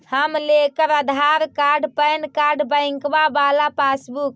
हम लेकर Aadhaar card PAN card बैंकवा वाला पासबुक?